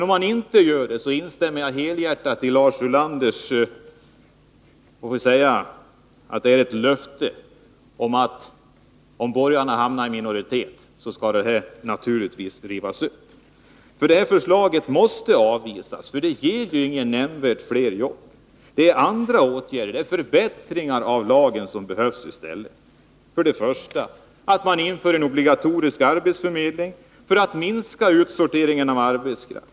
Om den inte gör det, instämmer jag helhjärtat i Lars Ulanders löfte, vi får väl kalla det så, att beslutet naturligtvis skall rivas upp, om borgarna hamnar i minoritet efter valet. Det här förslaget måste avvisas, för det ger inte nämnvärt fler jobb. Det är andra åtgärder, förbättringar av lagen, som behövs i stället: 1. Man måste införa obligatorisk arbetsförmedling för att minska utsorteringen av arbetskraft.